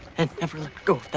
and never let go